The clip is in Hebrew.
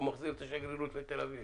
הוא מחזיר את השגרירות לתל אביב.